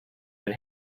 been